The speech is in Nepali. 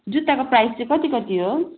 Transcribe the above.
जुत्ताको प्राइस चाहिँ कति कति हो